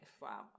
wow